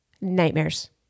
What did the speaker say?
nightmares